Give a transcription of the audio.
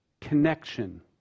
connection